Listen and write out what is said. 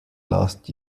last